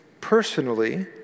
personally